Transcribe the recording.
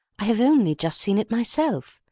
i have only just seen it myself.